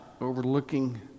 overlooking